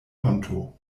honto